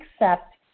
accept